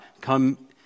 Come